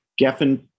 Geffen